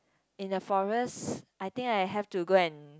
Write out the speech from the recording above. in the forest I think I have to go and